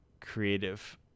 creative